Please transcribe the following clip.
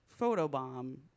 photobomb